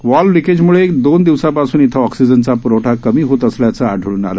valve लिकेजम्छे दोन दिवसापासून इथे ऑक्सिजनचा प्रवठा कमी होत असल्याचंही आढळून आलं